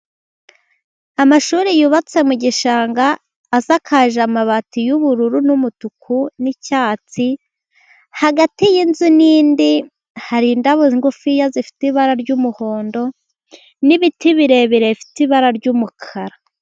Amashuri yubatse mu gishanga, asakaje amabati y'ubururu n'umutuku n'icyatsi. Hagati y'inzu n'indi hari indabo ngufiya zifite ibara ry'umuhondo, n'ibiti birebire bifite ibara ry'umukara.